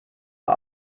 uhr